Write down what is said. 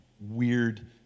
weird